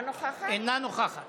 ובהתאם לשינויים שסוכמו עם המציע.